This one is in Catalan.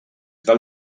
del